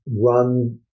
run